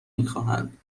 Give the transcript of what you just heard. میخواهند